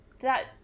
that-